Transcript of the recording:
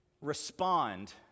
respond